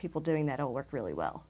people doing that all work really well